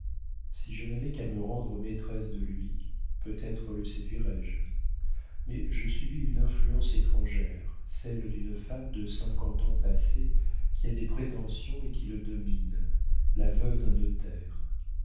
si je n'avais qu'à me rendre maîtresse de lui peut-être le séduirais je mais je subis une influence étrangère celle d'une femme de cinquante ans passés qui a des prétentions et qui domine la veuve d'un notaire